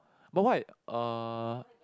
but what uh